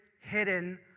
hidden